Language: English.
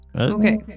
Okay